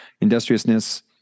industriousness